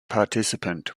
participant